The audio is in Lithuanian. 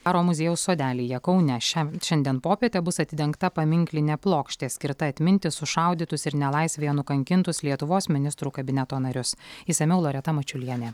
karo muziejaus sodelyje kaune šian šiandien popietę bus atidengta paminklinė plokštė skirta atminti sušaudytus ir nelaisvėje nukankintus lietuvos ministrų kabineto narius išsamiau loreta mačiulienė